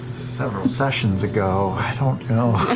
several sessions ago, i don't know.